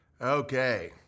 Okay